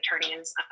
attorneys